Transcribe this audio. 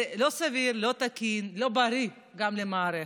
זה לא סביר, לא תקין, לא בריא, גם למערכת.